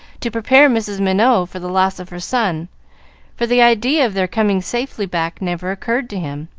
to prepare mrs. minot for the loss of her son for the idea of their coming safely back never occurred to him,